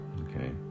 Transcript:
okay